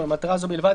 ולמטרה זו בלבד,